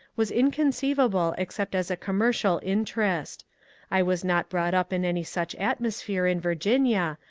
was inconceivable except as a commercial interest i was not brought up in any such atmosphere in virginia,